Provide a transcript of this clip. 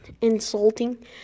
insulting